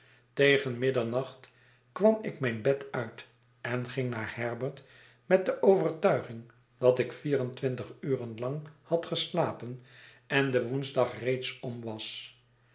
tegen middernacht kwam ik mijn bed uit en ging naar herbert met de overtuiging dat ik vier en twintig uren lang had geslapen en de woensdag reeds om was